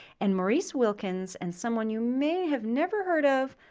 and maurice wilkins and someone you may have never heard of,